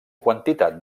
quantitat